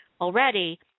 already